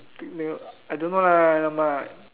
I don't know lah !alamak!